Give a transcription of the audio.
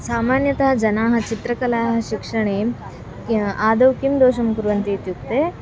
सामान्यतः जनाः चित्रकलाः शिक्षणे आदौ किं दोषं कुर्वन्ति इत्युक्ते